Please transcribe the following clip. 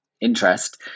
interest